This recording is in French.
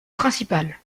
principale